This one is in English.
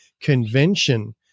convention